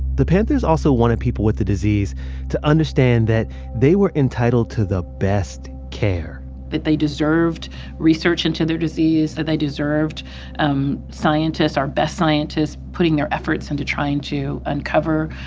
the panthers also wanted people with the disease to understand that they were entitled to the best care that they deserved research into their disease, that they deserved um scientists our best scientists putting their efforts into trying to uncover,